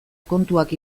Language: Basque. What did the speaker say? kontuak